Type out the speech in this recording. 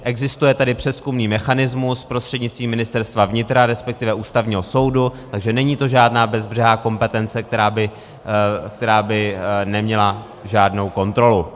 Existuje tedy přezkumný mechanismus prostřednictvím Ministerstva vnitra, respektive Ústavního soudu, takže to není žádná bezbřehá kompetence, která by neměla žádnou kontrolu.